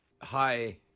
Hi